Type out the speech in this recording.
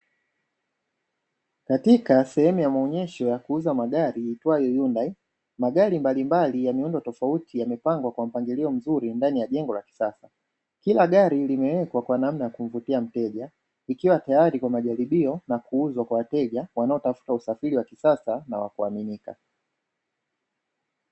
Katika sehemu ya maonyesho ya kuuza magari, iitwayo Hyundai, magari mbalimbali ya miundo tofauti yamepangwa kwa mpangilio mzuri ndani ya jengo la kisasa. Kila gari limewekwa kwa namna ya kumvutia mteja, ikiwa tayari kwa majaribio na kuuzwa kwa wateja wanaotafuta usafiri wa kisasa na wa kuaminika.